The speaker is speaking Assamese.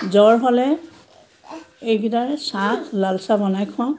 জ্বৰ হ'লে এইকিটাৰ চাহ লাল চাহ বনাই খুৱাওঁ